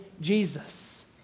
Jesus